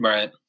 Right